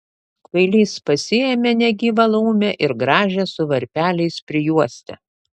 kvailys pasiėmė negyvą laumę ir gražią su varpeliais prijuostę